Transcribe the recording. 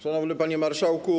Szanowny Panie Marszałku!